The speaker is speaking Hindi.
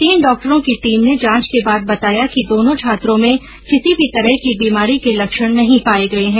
तीन डॉक्टरों की टीम ने जांच के बाद बताया कि दोनों छात्रों में किसी भी तरह की बीमारी के लक्षण नहीं पाये गये है